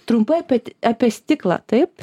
trumpai apie t apie stiklą taip